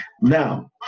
Now